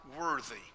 worthy